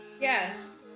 Yes